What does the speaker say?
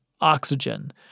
oxygen